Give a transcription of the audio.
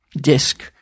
disc